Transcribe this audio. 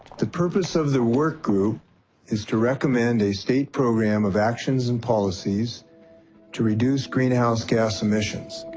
the purpose of the workgroup is to recommend a state program of actions and policies to reduce greenhouse-gas emissions.